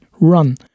Run